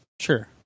Sure